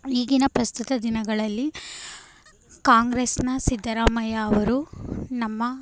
ಈಗಿನ ಪ್ರಸ್ತುತ ದಿನಗಳಲ್ಲಿ ಕಾಂಗ್ರೆಸ್ನ ಸಿದ್ಧರಾಮಯ್ಯ ಅವರು ನಮ್ಮ